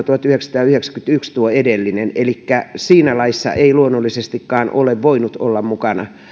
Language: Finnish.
tuhatyhdeksänsataayhdeksänkymmentäyksi elikkä siinä laissa ei luonnollisestikaan ole voinut olla mukana